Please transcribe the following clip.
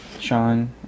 Sean